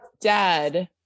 dad